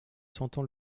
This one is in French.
sentant